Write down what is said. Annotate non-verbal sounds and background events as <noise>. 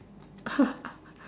<laughs>